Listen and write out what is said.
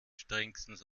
strengstens